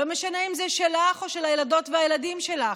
לא משנה אם זה שלך או של הילדות והילדים שלך,